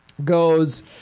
goes